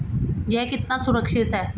यह कितना सुरक्षित है?